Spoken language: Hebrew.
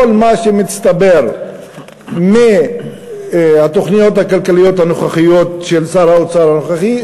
כל מה שמסתבר מהתוכניות הכלכליות הנוכחיות של שר האוצר הנוכחי,